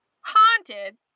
haunted